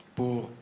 pour